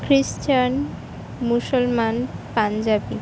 খ্রিস্টান মুসলমান পাঞ্জাবি